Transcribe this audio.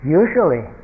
usually